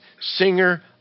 singer